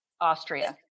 Austria